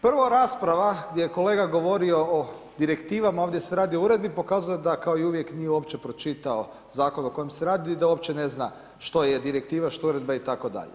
Prvo, rasprava gdje je kolega govorio o direktivama, ovdje se radi o uredbi, pokazuje da kao i uvijek nije uopće pročitao zakon o kojem se radi i da uopće ne zna što je direktiva, što uredba itd.